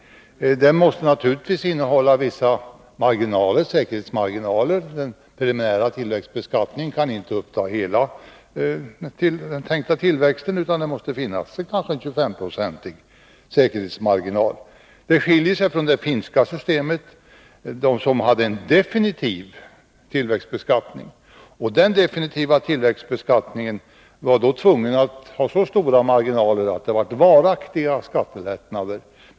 Den måste naturligtvis innehålla vissa säkerhetsmarginaler. Den preliminära tillväxtbeskattningen kan inte uppta hela den tänkta tillväxten, utan det måste finnas en kanske 25-procentig säkerhetsmarginal. Detta skiljer sig från det finska systemet, där man hade en definitiv tillväxtbeskattning. Man var då tvungen att ha så stora marginaler att det blev varaktiga skattelättnader.